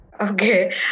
Okay